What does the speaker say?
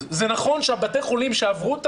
לא נכון, אתה צודק, אבל אין תקנים.